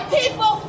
people